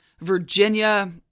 Virginia